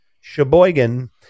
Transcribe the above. Sheboygan